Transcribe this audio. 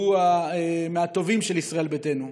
שהוא מהטובים של ישראל ביתנו,